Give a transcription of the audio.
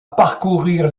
parcourir